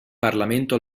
parlamento